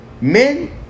men